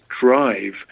drive